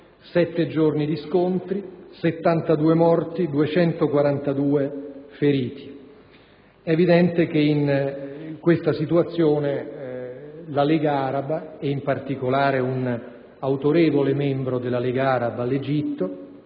sette giorni di scontri, 72 morti, 242 feriti. In questa situazione la Lega araba (e in particolare un autorevole membro della Lega stessa, cioè l'Egitto)